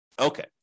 Okay